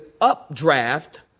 updraft